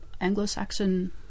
Anglo-Saxon